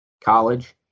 college